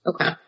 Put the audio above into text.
Okay